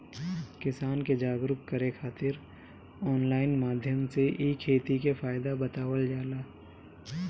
किसान के जागरुक करे खातिर ऑनलाइन माध्यम से इ खेती के फायदा बतावल जाला